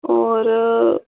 होर